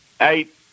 eight